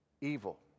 evil